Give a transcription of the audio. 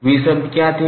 वे शब्द क्या थे